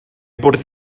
bwrdd